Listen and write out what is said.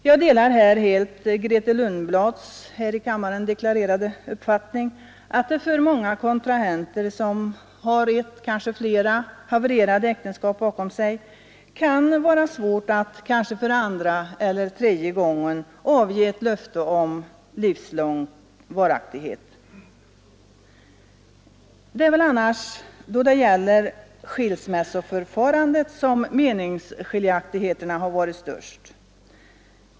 Jag delar där helt Grethe Lundblads här i kammaren deklarerade uppfattning att det för många kontrahenter som har ett eller kanske flera havererade äktenskap bakom sig kan vara svårt att för andra eller kanske tredje gången avge ett löfte om livslång varaktighet. Det är väl annars beträffande skilsmässoförfarandet som menings skiljaktigheterna har varit störst.